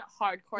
hardcore